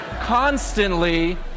constantly